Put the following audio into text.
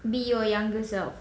be your younger self